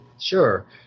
Sure